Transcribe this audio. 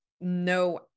no